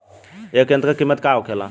ए यंत्र का कीमत का होखेला?